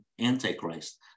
Antichrist